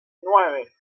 nueve